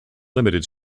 limited